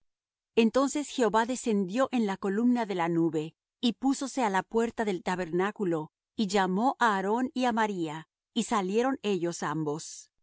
entonces jehová descendió en la columna de la nube y púsose á la la puerta del tabernáculo y llamó á aarón y á maría y salieron ellos ambos